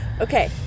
okay